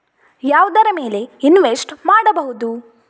ಯಾವುದರ ಮೇಲೆ ಇನ್ವೆಸ್ಟ್ ಮಾಡಬಹುದು?